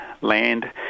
land